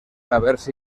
haberse